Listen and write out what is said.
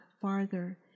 farther